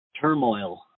turmoil